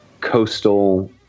coastal